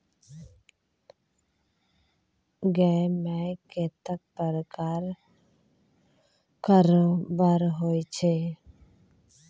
गै माय कतेक प्रकारक कारोबार होइत छै